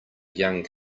young